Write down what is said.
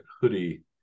hoodie